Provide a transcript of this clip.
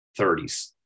30s